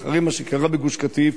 אחרי מה שקרה בגוש-קטיף,